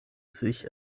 sich